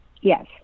Yes